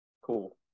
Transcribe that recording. cool